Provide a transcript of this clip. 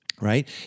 right